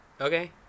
Okay